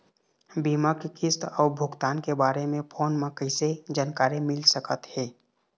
बीमा के किस्त अऊ भुगतान के बारे मे फोन म कइसे जानकारी मिल सकत हे?